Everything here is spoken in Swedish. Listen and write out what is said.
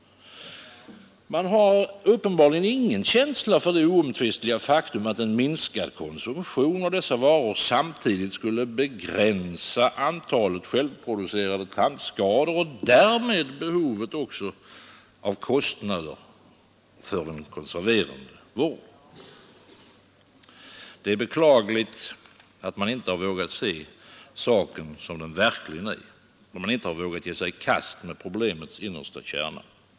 Man har uppenbarligen ingen känsla för det oomtvistliga faktum att en minskad konsumtion av dessa varor samtidigt skulle begränsa antalet självproducerade tandskador och därmed också behovet av och kostnaderna för den konserverande vården. Det är beklagligt att man inte vågat se saken som den verkligen är, inte vågat ge sig i kast med problemets innersta kärna.